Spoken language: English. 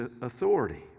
authority